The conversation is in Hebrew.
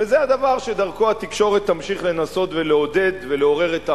וזה הדבר שדרכו התקשורת תמשיך לנסות ולעודד ולעורר את ההמונים.